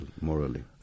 morally